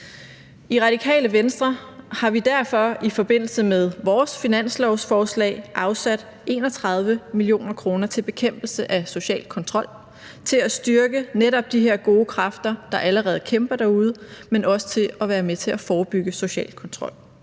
I Radikale Venstre har vi derfor i forbindelse med vores finanslovforslag afsat 31 mio. kr. til bekæmpelse af social kontrol og til at styrke netop de her gode kræfter, der allerede kæmper derude, men også til at være med til at forebygge social kontrol.